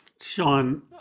Sean